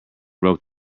broke